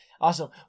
Awesome